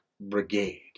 brigade